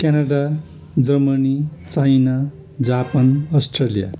Canada Germany China Japan Australia